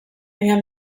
baina